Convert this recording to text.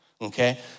okay